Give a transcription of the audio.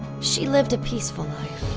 she lived a peaceful life,